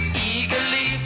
Eagerly